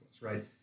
right